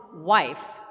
wife